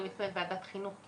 ועדת חינוך,